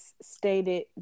stated